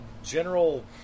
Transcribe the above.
General